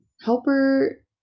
helper